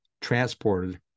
transported